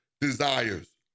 desires